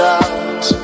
out